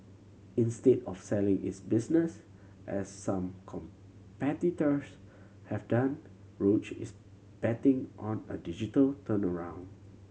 instead of selling its business as some competitors have done Roche is betting on a digital turnaround